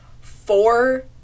four